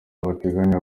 bateganya